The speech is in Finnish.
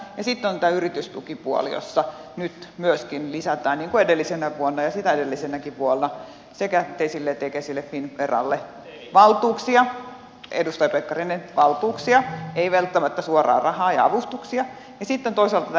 sitten on tämä yritystukipuoli jossa nyt myöskin lisätään niin kuin edellisenä vuonna ja sitäkin edellisenä vuonna tesille tekesille finnveralle valtuuksia edustaja pekkarinen valtuuksia ei välttämättä suoraan rahaa ja avustuksia ja sitten toisaalta vientiin